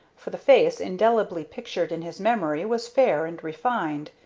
for the face, indelibly pictured in his memory, was fair and refined.